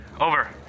Over